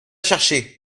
chercher